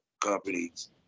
companies